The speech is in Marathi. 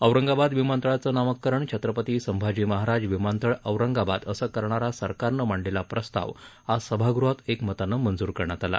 औरंगाबाद विमानतळाचं नामकरण छत्रपती संभाजी महाराज विमानतळ औरंगाबाद असं करणारा सरकारनं मांडलेला प्रस्ताव आज सभागृहात एकमतानं मंजूर करण्यात आला